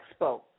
expo